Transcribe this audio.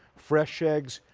fresh eggs,